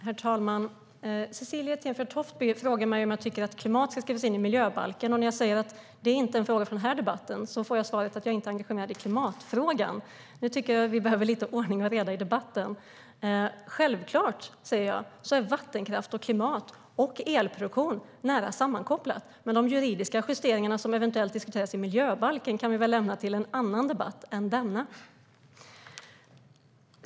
Herr talman! Cecilie Tenfjord-Toftby frågar mig om jag tycker att klimat ska skrivas in i miljöbalken. När jag säger att det inte är en fråga för den här debatten får jag svaret att jag inte är engagerad i klimatfrågan. Jag tycker att vi behöver lite ordning och reda i debatten. Självklart, säger jag, är vattenkraft, klimat och elproduktion nära sammankopplat, men de juridiska justeringar som eventuellt diskuteras i miljöbalken kan vi väl lämna till en annan debatt än denna.